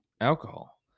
alcohol